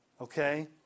Okay